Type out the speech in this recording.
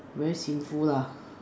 very sinful lah